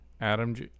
Adam